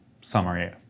summary